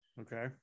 okay